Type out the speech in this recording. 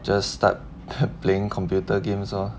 just start playing computer games lor